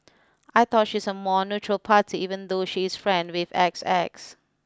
I thought she's a more neutral party even though she is friend with X X